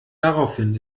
daraufhin